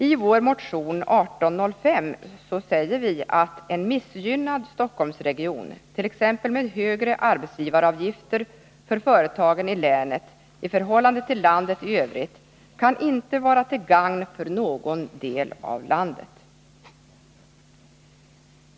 I vår motion 1805 säger vi att en missgynnad Stockholmsregion, t.ex. med högre arbetsgivaravgifter för företagen i länet, i förhållande till landet i övrigt inte kan vara till gagn för någon del av landet.